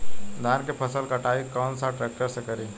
धान के फसल के कटाई कौन सा ट्रैक्टर से करी?